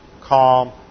calm